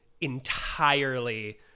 entirely